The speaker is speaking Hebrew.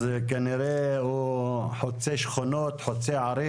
אז כנראה הוא חוצה שכונות, חוצה ערים.